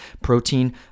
protein